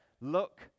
look